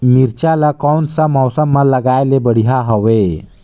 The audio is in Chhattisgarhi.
मिरचा ला कोन सा मौसम मां लगाय ले बढ़िया हवे